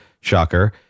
shocker